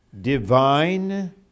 divine